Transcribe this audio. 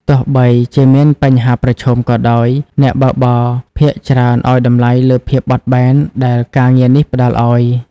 ទោះបីជាមានបញ្ហាប្រឈមក៏ដោយ អ្នកបើកបរភាគច្រើនឱ្យតម្លៃលើភាពបត់បែនដែលការងារនេះផ្តល់ឱ្យ។